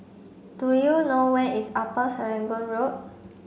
do you know where is Upper Serangoon Road